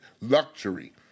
luxury